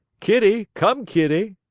kitty, come, kitty!